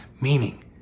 meaning